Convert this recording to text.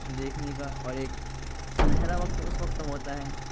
دیکھنے کا اور ایک سنہرا وقت اس وقت تب ہوتا ہے